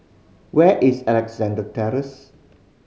where is Alexandra Terrace